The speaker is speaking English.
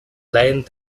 land